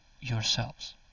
yourselves